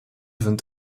sind